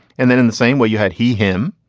and then in the same way you had he him,